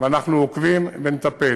ואנחנו עוקבים ונטפל.